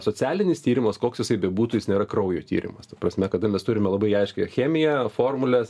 socialinis tyrimas koks jisai bebūtų jis nėra kraujo tyrimas ta prasme kada mes turime labai aiškią chemiją formules